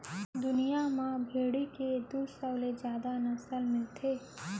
दुनिया म भेड़ी के दू सौ ले जादा नसल मिलथे